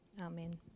Amen